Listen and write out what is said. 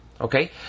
Okay